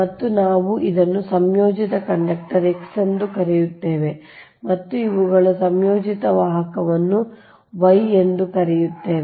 ಮತ್ತು ನಾವು ಇದನ್ನು ಸಂಯೋಜಿತ ಕಂಡಕ್ಟರ್ X ಎಂದು ಕರೆಯುತ್ತೇವೆ ಮತ್ತು ಇವುಗಳು ಸಂಯೋಜಿತ ವಾಹಕಗಳನ್ನು Y ಎಂದು ಕರೆಯುತ್ತಿವೆ